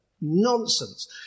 nonsense